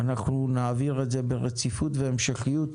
יעבור ברציפות ובהמשכיות